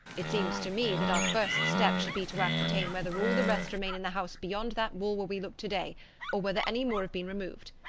it seems to me, that our first step should be to ascertain whether all the rest remain in the house beyond that wall where we look to-day or whether any more have been removed.